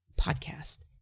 podcast